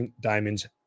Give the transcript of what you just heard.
diamonds